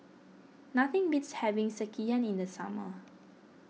nothing beats having Sekihan in the summer